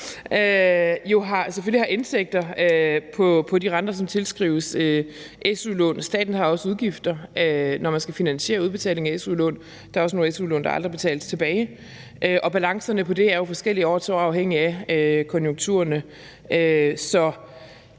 selvfølgelig har indtægter fra de renter, som tilskrives su-lån. Staten har også udgifter, når den skal finansiere udbetaling af su-lån. Der er også nogle su-lån, der aldrig betales tilbage. Balancerne på det er jo forskellige år til år afhængig af konjunkturerne. Så